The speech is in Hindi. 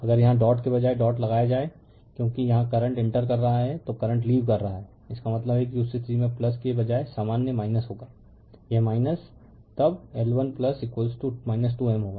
अगर यहां डॉट के बजाय डॉट लगाया जाए क्योंकि यहां करंट इंटर कर रहा है तो करंट लीव कर रहा है इसका मतलब है कि उस स्थिति में के बजाय सामान्य होगा यह तब L1 2 M होगा